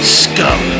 scum